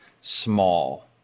small